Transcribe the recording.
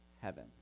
heaven